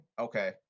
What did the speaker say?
okay